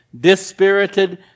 dispirited